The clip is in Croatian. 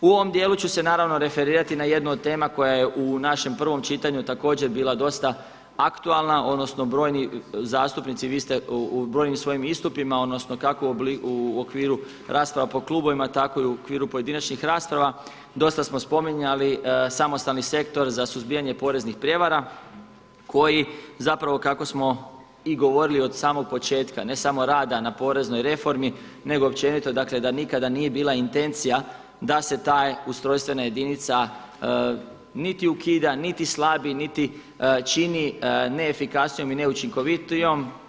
U ovom djelu ću se naravno referirati na jednu od tema koja je u našem prvom čitanju također bila dosta aktualna, odnosno brojni zastupnici vi ste u brojnim svojim istupima odnosno kako u okviru rasprava po klubovima, tako i u okviru pojedinačnih rasprava dosta smo spominjali samostalni sektor za suzbijanje poreznih prijevara koji zapravo kako smo i govorili od samog početka, ne samo rada na poreznoj reformi nego općenito dakle da nikada nije bila intencija da se ta ustrojstvena jedinica niti ukida, niti slabi, niti čini neefikasnijom i neučinkovitijom.